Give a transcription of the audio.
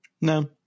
No